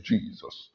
Jesus